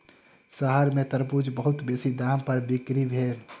शहर में तरबूज बहुत बेसी दाम पर बिक्री भेल